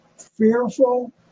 fearful